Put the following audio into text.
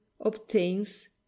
obtains